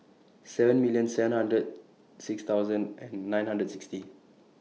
seven million seven hundred six thousand and nine hundred and sixty